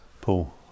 Paul